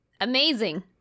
Amazing